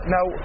Now